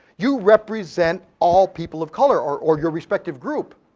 you represent all people of color, or or your respective group.